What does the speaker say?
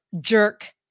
jerk